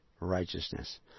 righteousness